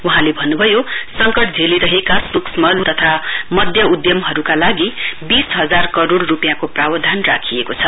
वहाँले भन्नुभयो संकट झेलिरहेका सुक्ष्म लघु तथा मध्य उधमहरुका लागि वीस हजार करोड़ रुपियाँको प्रवधान राखिएको छ